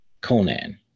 Conan